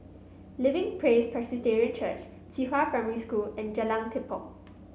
Living Praise Presbyterian Church Qihua Primary School and Jalan Tepong